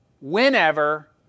whenever